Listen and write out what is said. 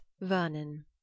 Vernon